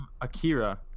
Akira